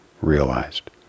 realized